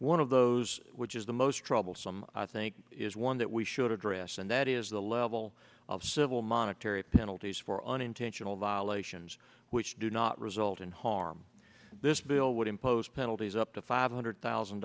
one of those which is the most troublesome i think is one that we should address and that is the level of civil monetary penalties for unintentional violations which do not result in harm this bill would impose penalties up to five hundred thousand